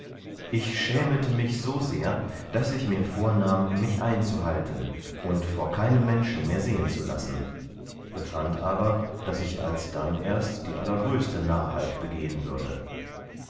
ich schämete mich so sehr daß ich mir vornahm mich einzuhalten und vor keinem menschen mehr sehen zu lassen befand aber daß ich alsdann erst die allergrößte narrheit begehen würde